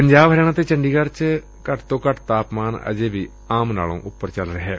ਪੰਜਾਬ ਹਰਿਆਣਾ ਤੇ ਚੰਡੀਗੜ੍ ਚ ਘੱਟ ਤੋ ਘੱਟ ਤਾਪਮਾਨ ਅਜੇ ਵੀ ਆਮ ਨਾਲੋ ਉਪਰ ਚੱਲ ਰਿਹੈ